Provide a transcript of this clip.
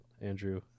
Andrew